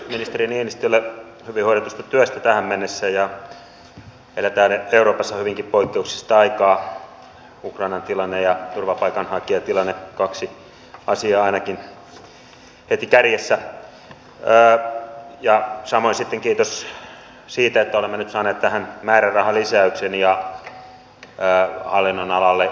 jokainen tietysti harkitsee sen miten sanan säilää käyttää mutta edustaja hakkaraisella nyt on ollut sellainen tyyli että en minä usko että hän ketään halusi loukata mutta hän itse sitten kertoo siitä